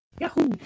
Yahoo